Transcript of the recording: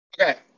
Okay